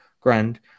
grand